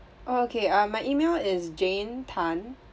okay uh my email is jane tan